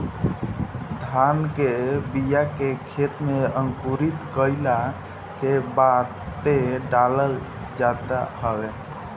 धान के बिया के खेते में अंकुरित कईला के बादे डालल जात हवे